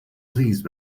pleased